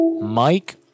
Mike